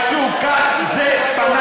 ואתה יודע שהם